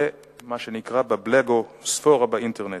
ומה שנקרא ב"בלוגוספרה" באינטרנט.